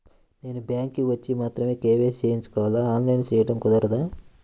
నేను బ్యాంక్ వచ్చి మాత్రమే కే.వై.సి చేయించుకోవాలా? ఆన్లైన్లో చేయటం కుదరదా?